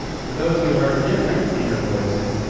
for those who heard different inner voices,